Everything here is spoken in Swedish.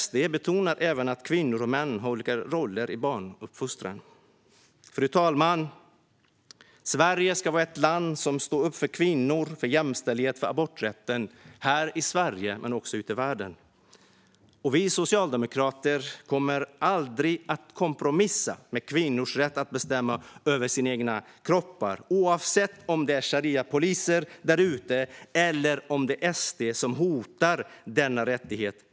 SD betonar även att kvinnor och män har olika roller i barnuppfostran. Fru talman! Sverige ska vara ett land som står upp för kvinnor, för jämställdhet och för aborträtten här i Sverige och ute i världen. Vi socialdemokrater kommer aldrig att kompromissa med kvinnors rätt att bestämma över sina egna kroppar, oavsett om det är shariapoliser eller SD som hotar denna rättighet.